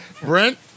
Brent